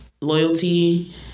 loyalty